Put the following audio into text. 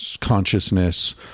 consciousness